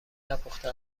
نپخته